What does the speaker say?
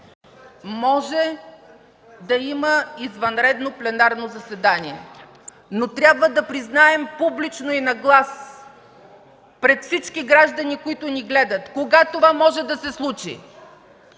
може да има извънредно пленарно заседание. Но трябва да признаем публично и на глас пред всички граждани, които ни гледат, кога това може да се случи.